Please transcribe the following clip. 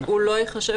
הוא לא ייחשב.